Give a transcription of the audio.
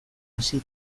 hasi